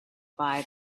buy